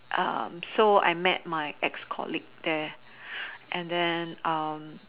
so I met my ex colleague there and then